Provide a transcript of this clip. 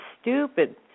stupid